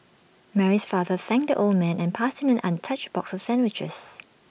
Mary's father thanked the old man and passed him an untouched box of sandwiches